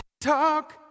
Talk